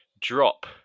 drop